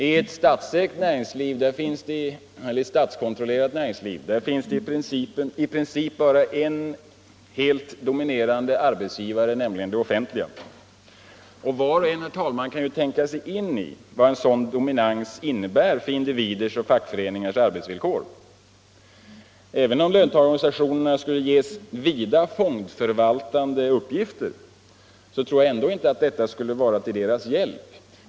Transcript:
I ett statskontrollerat näringsliv finns det i princip bara en helt dominerande arbetsgivare, nämligen det offentliga. Var och en, herr talman, kan ju tänka sig in i vad en sådan dominans innebär för individers och fackföreningars arbetsvillkor. Även om löntagarorganisationerna skulle ges vida fondförvaltande uppgifter tror jag ändå inte att detta skulle vara till deras hjälp.